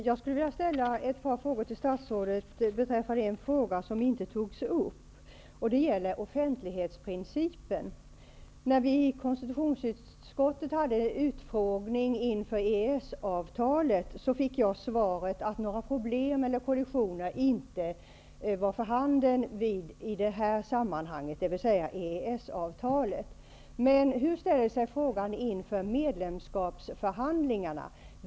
Fru talman! Jag vill ställa en fråga på ett område som inte togs upp. Det gäller offentlighetsprincipen. När vi i konstitutionsutskottet hade en utfrågning inför EES-avtalet fick jag veta att några problem eller kollisioner inte var för handen i det här sammanhanget. Men hur blir det med medlemskapsförhandlingarna?